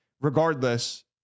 regardless